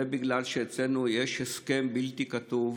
זה בגלל שאצלנו יש הסכם בלתי כתוב,